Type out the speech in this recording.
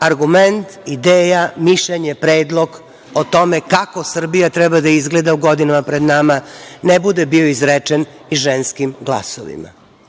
argument, ideja, mišljenje, predlog o tome kako Srbija treba da izgleda godinama pred nama, ne bude bio izrečen i ženskim glasovima. Šta